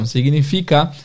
Significa